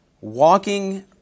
Walking